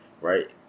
right